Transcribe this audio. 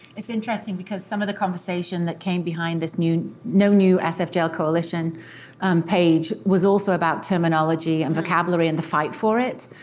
it's interesting, because some of the conversation that came behind this no nude sf jail coalition page was also about terminology and vocabulary, and the fight for it.